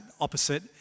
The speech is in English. opposite